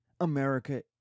America